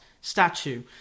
statue